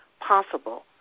possible